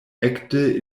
ekde